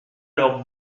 leurs